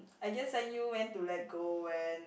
I guess I knew when to let go when